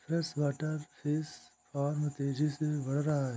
freshwater fish farm तेजी से बढ़ रहा है